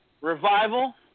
Revival